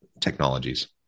technologies